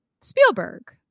Spielberg